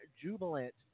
jubilant